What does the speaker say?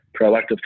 proactive